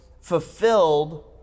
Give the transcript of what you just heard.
fulfilled